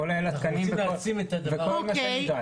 כולל התקנים וכל מה שנדרש.